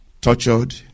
tortured